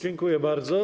Dziękuję bardzo.